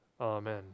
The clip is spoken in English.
Amen